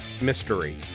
mystery